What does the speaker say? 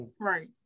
Right